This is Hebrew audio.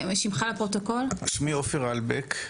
שמי עפר אלבק,